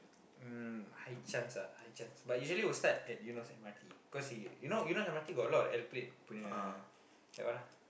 mm high chance ah high chance but usually will start at Eunos M_R_T cause you you know Eunos M_R_T got a lot of L plate punya that one ah